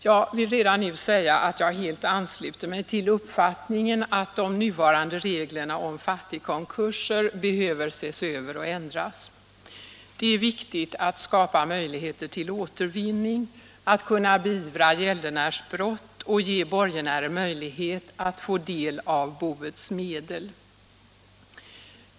Jag vill redan nu säga att jag helt ansluter mig till uppfattningen att de nuvarande reglerna om fattigkonkurser behöver ses över och ändras. Det är viktigt att skapa möjligheter till återvinning, att kunna beivra gäldenärsbrott och ge borgenärer möjlighet att få del av boets medel.